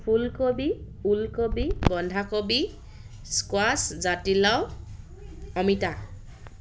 ফুলকবি ওলকবি বন্ধাকবি স্কোৱাছ জাতিলাও অমিতা